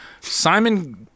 Simon